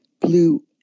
blue